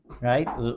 right